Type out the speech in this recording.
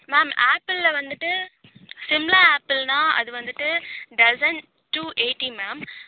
ma'am ஆப்பிளில் வந்துவிட்டு சிம்லா ஆப்பிள்ன்னா அது வந்துவிட்டு டசன் டூ எயிட்டி மேம்